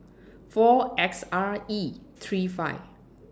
four S R E three five